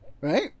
Right